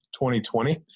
2020